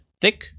thick